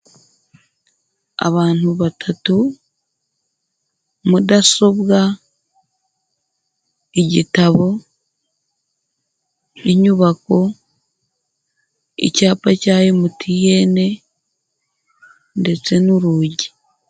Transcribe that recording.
Abantu batatu, mudasobwa, igitabo, inyubako, icyapa cya MTN ndetse n'urugi.